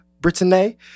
Brittany